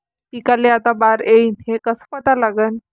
पिकाले आता बार येईन हे कसं पता लागन?